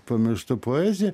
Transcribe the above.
pamirštu poeziją